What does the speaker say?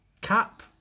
cap